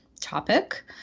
topic